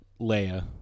Leia